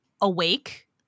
awake